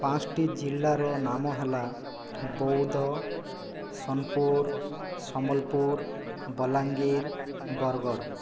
ପାଞ୍ଚଟି ଜିଲ୍ଲାର ନାମ ହେଲା ବଉଦ ସୋନପୁର ସମ୍ବଲପୁର ବଲାଙ୍ଗୀର ବରଗଡ଼